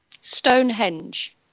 Stonehenge